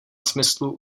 smyslu